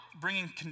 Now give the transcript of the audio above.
bringing